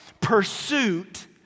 pursuit